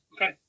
okay